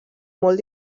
molt